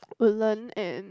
Woodland and